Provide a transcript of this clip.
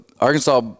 Arkansas